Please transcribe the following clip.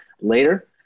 later